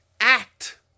act